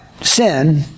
sin